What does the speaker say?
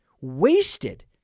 Wasted